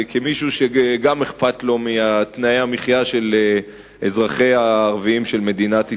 כמישהו שגם אכפת לו מתנאי המחיה של אזרחיה הערבים של מדינת ישראל.